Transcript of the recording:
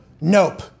nope